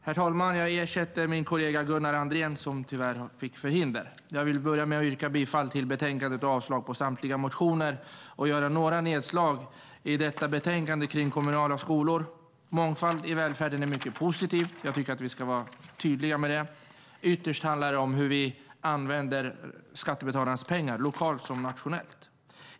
Herr talman! Jag ersätter min kollega Gunnar Andrén som tyvärr fick förhinder. Jag börjar med att yrka bifall till utskottets förslag och avslag på samtliga motioner. Jag tänker göra några nedslag i detta betänkande om kommunala frågor. Mångfald i välfärden är mycket positivt. Jag tycker att vi ska vara tydliga med det. Ytterst handlar det om hur vi använder skattebetalarnas pengar lokalt och nationellt.